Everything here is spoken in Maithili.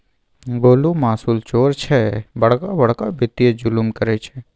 गोलु मासुल चोर छै बड़का बड़का वित्तीय जुलुम करय छै